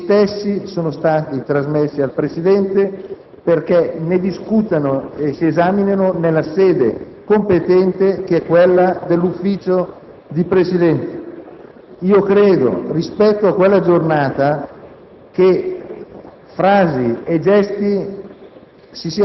che gli stessi sono stati riferiti al Presidente perché vengano discussi ed esaminati nella sede competente, che è quella del Consiglio di Presidenza. Io credo, rispetto a quella giornata, che frasi e gesti